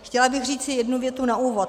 Chtěla bych říci jednu větu na úvod.